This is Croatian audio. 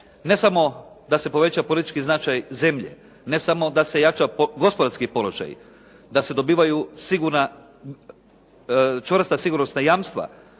ne samo da se poveća politički značaj zemlje, ne samo da se jača gospodarski položaj, da se dobivaju sigurna, čvrsta sigurna jamstva,